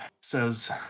says